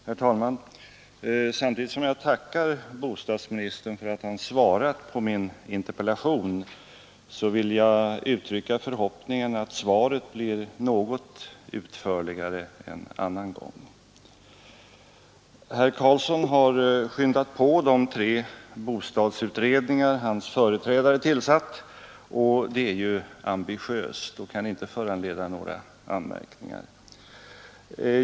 Herr talman! Samtidigt som jag tackar bostadsministern för att han svarat på min interpellation vill jag uttrycka förhoppningen att svaret blir något utförligare en annan gång. Statsrådet Carlsson har påskyndat de tre bostadsutredningar hans företrädare tillsatt, och det är ambitiöst och kan inte föranleda några anmärkningar.